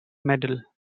medal